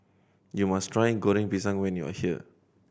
you must try Goreng Pisang when you are here